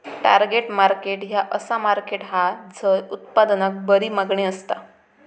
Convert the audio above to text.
target market ह्या असा market हा झय उत्पादनाक बरी मागणी असता